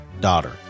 daughter